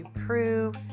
prove